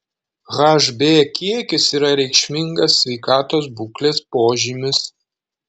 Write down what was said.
hb kiekis yra reikšmingas sveikatos būklės požymis